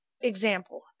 Example